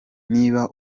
niba